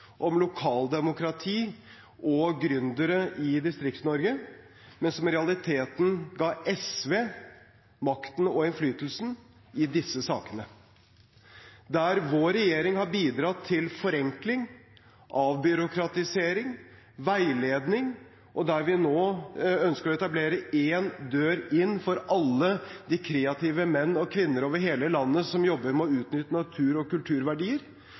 om lokaldemokrati og gründere i Distrikts-Norge, men som i realiteten ga SV makten og innflytelsen i disse sakene. Der vår regjering har bidratt til forenkling, avbyråkratisering og veiledning, og der vi nå ønsker å etablere én dør inn for alle de kreative menn og kvinner over hele landet som jobber med å utnytte natur- og kulturverdier,